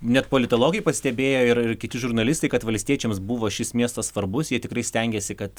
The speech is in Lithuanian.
net politologai pastebėjo ir ir kiti žurnalistai kad valstiečiams buvo šis miestas svarbus jie tikrai stengėsi kad